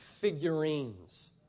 figurines